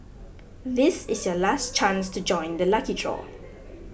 this is your last chance to join the lucky draw